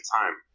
time